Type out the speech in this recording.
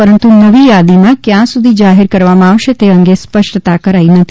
પરંતુ નવી યાદીમાં ક્યાં સુધી જાહેર કરવામાં આવશે તે અંગે સ્પષ્ટતા કરાઈ નથી